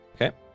Okay